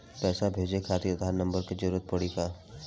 पैसे भेजे खातिर आधार नंबर के जरूरत पड़ी का?